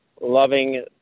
loving